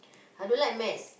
I don't like maths